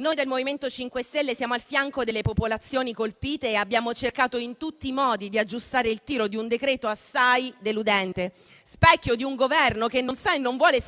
Noi del MoVimento 5 Stelle siamo al fianco delle popolazioni colpite e abbiamo cercato in tutti i modi di aggiustare il tiro di un decreto assai deludente, specchio di un Governo che non sa e non vuole saperne